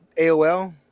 AOL